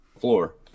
floor